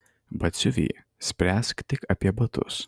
batsiuvy spręsk tik apie batus